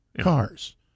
cars